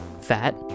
Fat